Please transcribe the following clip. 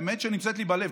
האמת שנמצאת לי בלב,